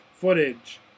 footage